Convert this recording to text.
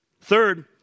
Third